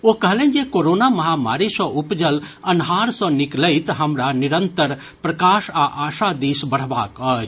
ओ कहलनि जे कोरोना महामारी सँ उपजल अन्हार सँ निकलैत हमरा निरंतर प्रकाश आ आशा दिस बढ़बाक अछि